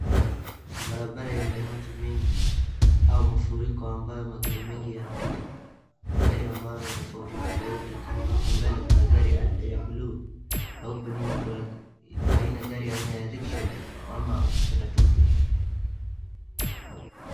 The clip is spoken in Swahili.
Barabara yenye maji mengi au mafuriko ambayo magari mengi yanapita, magari ambayo ni tofauti tofauti kama hapo mbele kuna gari ya buluu na huko nyuma kuna gari aina ya Rickshaw ama ukipenda Tuktuk.